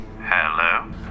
Hello